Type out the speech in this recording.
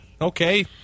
okay